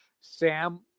Sam